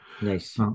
Nice